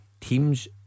Teams